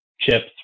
chips